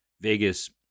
Vegas